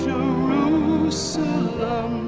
Jerusalem